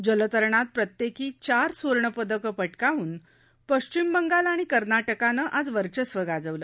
जलतरणात प्रत्येकी चार सुवर्णपदक पटकावून पश्चिम बंगाल आणि कर्नाटकानं आज वर्चस्व गाजवलं